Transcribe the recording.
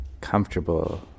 comfortable